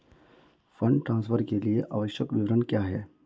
Fund transfer के लिए आवश्यक विवरण क्या हैं?